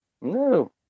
No